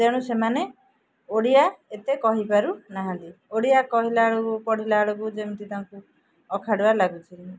ତେଣୁ ସେମାନେ ଓଡ଼ିଆ ଏତେ କହି ପାରୁନାହାନ୍ତି ଓଡ଼ିଆ କହିଲା ବେଳକୁ ପଢ଼ିଲା ବେଳକୁ ଯେମିତି ତାଙ୍କୁ ଅଖାଡ଼ୁଆ ଲାଗୁଛି